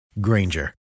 Granger